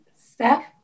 Steph